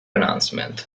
enhancement